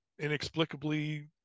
inexplicably